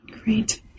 Great